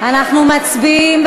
אנחנו מצביעים.